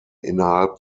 innerhalb